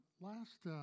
last